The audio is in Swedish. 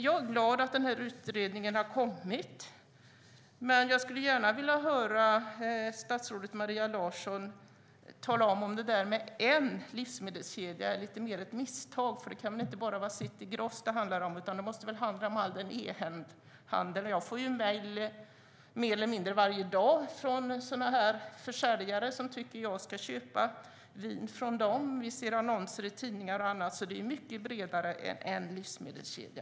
Jag är glad att utredningen har kommit, men jag skulle gärna vilja höra statsrådet Maria Larsson förklara om det där med endast en livsmedelskedja var ett misstag, för det kan väl inte bara handla om City Gross utan om all sådan e-handel. Jag får mer eller mindre varje dag mejl från försäljare som tycker att jag ska köpa vin från dem. Vi ser också annonser i tidningar och annat. Det är alltså mycket bredare än bara en livsmedelskedja.